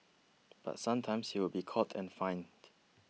but sometimes he would be caught and fined